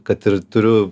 kad ir turiu